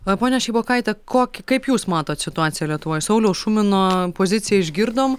na ponia šeibokaite kokį kaip jūs matot situaciją lietuvoj sauliaus šumino poziciją išgirdom